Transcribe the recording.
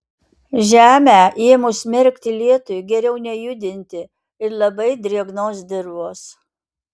žemę ėmus merkti lietui geriau nejudinti ir labai drėgnos dirvos